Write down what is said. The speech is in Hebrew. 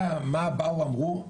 מה באו ואמרו?